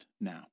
now